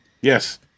Yes